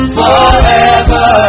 forever